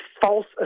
false